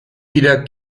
wieder